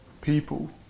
people